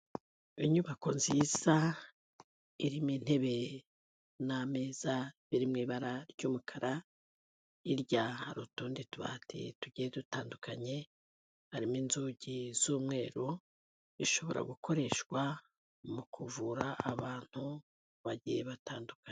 Inyubako nziza irimo intebe n'ameza biri mu ibara ry'umukara, hirya hari utundi tubati tugiye dutandukanye, harimo inzugi z'umweru zishobora gukoreshwa mu kuvura abantu bagiye batandukanye.